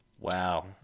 Wow